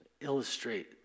illustrate